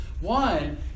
One